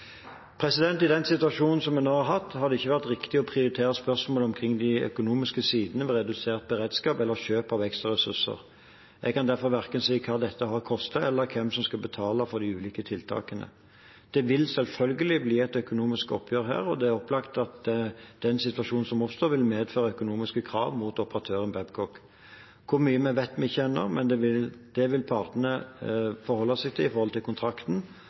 I den situasjonen som vi nå har hatt, har det ikke vært riktig å prioritere spørsmål omkring de økonomiske sidene ved redusert beredskap eller kjøp av ekstraressurser. Jeg kan derfor verken si hva dette har kostet, eller hvem som skal betale for de ulike tiltakene. Det vil selvfølgelig bli et økonomisk oppgjør her, og det er opplagt at den situasjonen som oppstår, vil medføre økonomiske krav mot operatøren Babcock. Hvor mye vet vi ikke ennå, men det vil partene i kontrakten forholde seg til, altså Luftambulansetjenesten HF og Babcock, og de må også forholde seg til